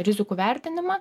rizikų vertinimą